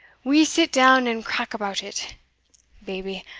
we'se sit down and crack about it baby,